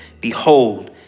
Behold